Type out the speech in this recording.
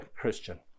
Christian